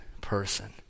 person